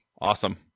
Awesome